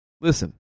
listen